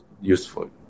useful